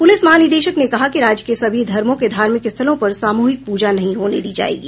police महानिदेशक ने कहा कि राज्य के सभी धर्मों के धार्मिक स्थलों पर सामूहिक पूजा नहीं होने दी जायेगी